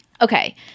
okay